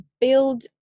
build